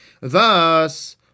Thus